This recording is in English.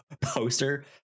poster